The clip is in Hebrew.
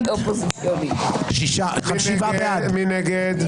מי נגד?